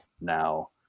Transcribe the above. now